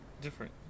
different